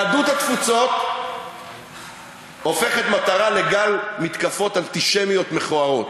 יהדות התפוצות הופכת מטרה לגל מתקפות אנטישמיות מכוערות.